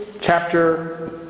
chapter